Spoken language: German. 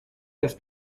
des